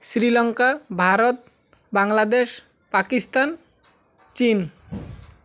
Sri Lanka Bharat Bangladesh Pakistan Chin